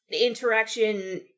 interaction